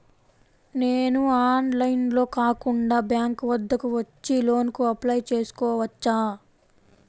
నేను ఆన్లైన్లో కాకుండా బ్యాంక్ వద్దకు వచ్చి లోన్ కు అప్లై చేసుకోవచ్చా?